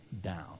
down